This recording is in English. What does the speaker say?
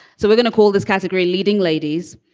so we're going to call this category leading ladies.